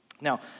Now